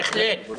בהחלט.